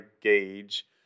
gauge